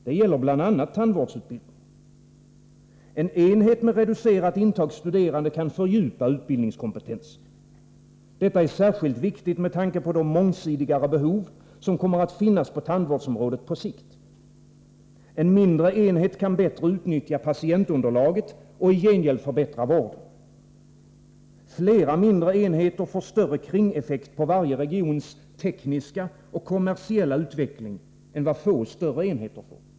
Det gäller bl.a. tandvårdsutbildningen. En enhet med reducerat intag studerande kan fördjupa utbildningskompetensen. Detta är särskilt viktigt med tanke på de mångsidigare behov som kommer att finnas på tandvårdsområdet på sikt. En mindre enhet kan bättre utnyttja patientunderlaget och i gengäld förbättra vården. Flera mindre enheter får större kringeffekt på varje regions tekniska och kommersiella utveckling än vad få större enheter får.